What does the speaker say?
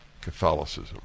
Catholicism